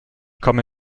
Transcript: komme